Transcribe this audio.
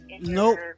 Nope